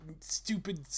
stupid